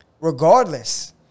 Regardless